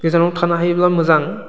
गोजानाव थानो हायोब्ला मोजां